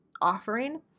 offering